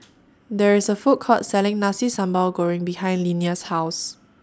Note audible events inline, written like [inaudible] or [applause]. [noise] There IS A Food Court Selling Nasi Sambal Goreng behind Linnea's House